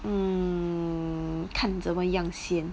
mm 看怎么样先